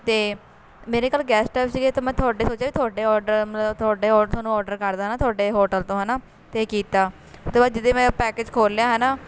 ਅਤੇ ਮੇਰੇ ਕੱਲ ਗੈਸ਼ਟ ਆਏ ਵੇ ਸੀਗੇ ਤਾਂ ਮੈਂ ਤੁਹਾਡੇ ਸੋਚਿਆ ਵੀ ਤੁਹਾਡੇ ਔਰਡਰ ਮਤਲਬ ਤੁਹਾਡੇ ਔਰ ਤੁਹਾਨੂੰ ਔਰਡਰ ਕਰਦਾਂ ਨਾ ਤੁਹਾਡੇ ਹੋਟਲ ਤੋਂ ਹੈ ਨਾ ਅਤੇ ਕੀਤਾ ਤੋ ਜਦੇ ਮੈਂ ਪੈਕਜ ਖੋਲ੍ਹ ਲਿਆ ਹੈ ਨਾ